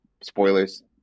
spoilers